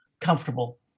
comfortable